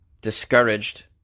discouraged